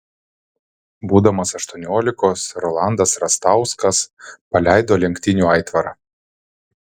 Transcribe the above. būdamas aštuoniolikos rolandas rastauskas paleido lenktynių aitvarą